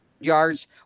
yards